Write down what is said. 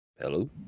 Hello